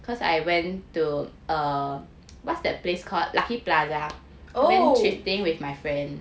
oh